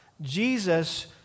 Jesus